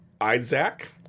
Isaac